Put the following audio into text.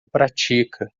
pratica